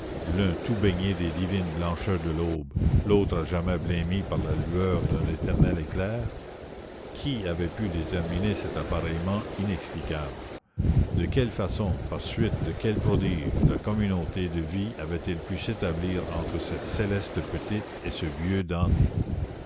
l'un tout baigné des divines blancheurs de l'aube l'autre à jamais blêmi par la lueur d'un éternel éclair qui avait pu déterminer cet appareillement inexplicable de quelle façon par suite de quel prodige la communauté de vie avait-elle pu s'établir entre cette céleste petite et ce vieux damné